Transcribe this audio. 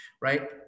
right